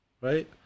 right